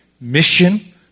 mission